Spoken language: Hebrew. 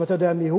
אם אתה יודע מיהו,